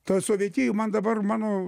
ta sovietija man dabar mano